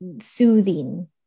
soothing